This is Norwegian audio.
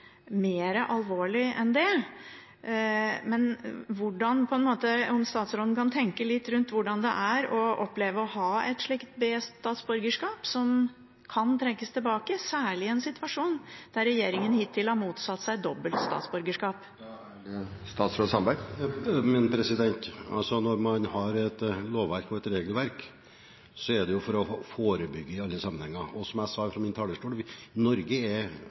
alvorlig enn dette. Kan statsråden tenke litt rundt hvordan det er å oppleve å ha et slikt b-statsborgerskap som kan trekkes tilbake, særlig i en situasjon der regjeringen hittil har motsatt seg dobbelt statsborgerskap? Men når man har et lovverk og et regelverk, er det for å forebygge i alle sammenhenger. Som jeg sa fra talerstolen, er vi i Norge ekstremt opptatt av å ha gode tillitsforhold. Enten det er